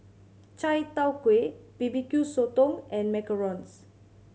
chai tow kway B B Q Sotong and macarons